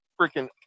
freaking